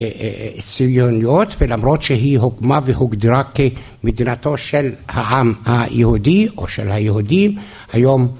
ציוניות ולמרות שהיא הוקמה והוגדרה כמדינתו של העם היהודי או של היהודים היום